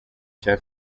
cya